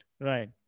right